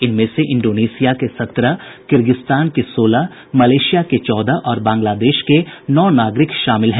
इनमें से इंडोनशिया के सत्रह किर्गिस्तान के सोलह मलेशिया के चौदह और बांग्लादेश के नौ नागरिक शामिल है